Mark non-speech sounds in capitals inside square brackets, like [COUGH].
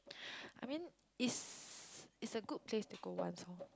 [BREATH] I mean it's it's a good place to go once orh